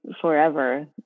forever